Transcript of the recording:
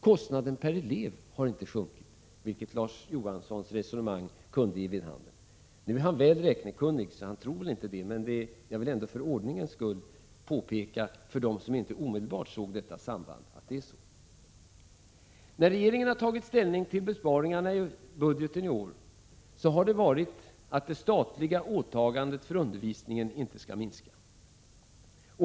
Kostnaderna per elev har inte sjunkit, vilket Larz Johanssons resonemang kunde ge vid handen. — Han är väl räknekunnig, så han tror nog inte det, men för ordningens skull vill jag påpeka detta samband också för dem som inte omedelbart såg det. När regeringen har tagit ställning till besparingarna i föreliggande budget har vi utgått från att det statliga åtagandet inte skall minska.